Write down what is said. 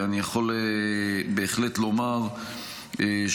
אני יכול בהחלט לומר שבעיניי,